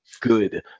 good